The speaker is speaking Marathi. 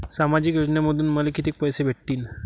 सामाजिक योजनेमंधून मले कितीक पैसे भेटतीनं?